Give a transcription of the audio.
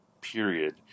period